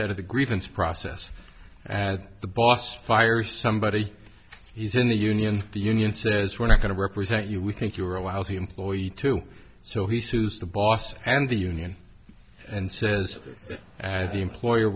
said of the grievance process as the boss fire somebody he's in the union the union says we're not going to represent you we think you're a lousy employee too so he sues the boss and the union and says as the employer